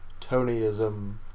Tonyism